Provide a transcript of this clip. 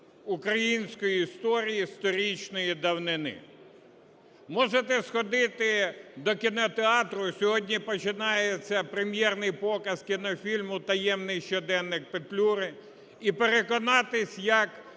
української історії сторічної давнини. Можете сходити до кінотеатру, сьогодні починається прем'єрний показ кінофільму "Таємний щоденник Петлюри" і переконатись, як